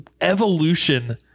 evolution